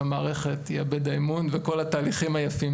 המערכת יאבד את האמון וכל התהליכים היפים,